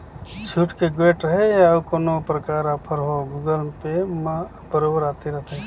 छुट के गोयठ रहें या अउ कोनो परकार आफर हो गुगल पे म बरोबर आते रथे